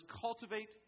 cultivate